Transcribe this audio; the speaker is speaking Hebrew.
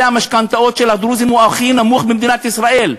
המשכנתאות של הדרוזים הוא הכי נמוך במדינת ישראל,